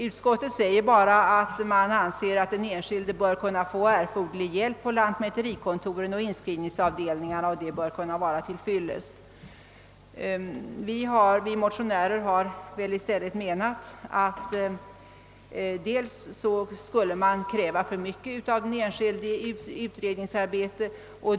Utskottet anser att den enskilde bör kunna få erforderlig hjälp hos lantmäterikontoren och inskrivningsavdelningarna samt att detta bör vara till fyllest. Vi motionärer anser däremot att man skulle kräva för mycket av den enskilde vad beträffar utredningsarbete.